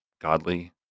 godly